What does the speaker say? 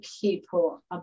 people